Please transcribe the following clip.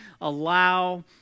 allow